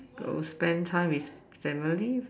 go spend time with family is it